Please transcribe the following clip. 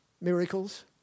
Miracles